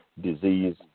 disease